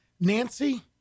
Nancy